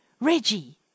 Reggie